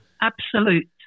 absolute